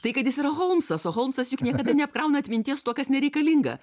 tai kad jis yra holmsas o holmsas juk niekada neapkrauna atminties tuo kas nereikalinga